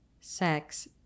sex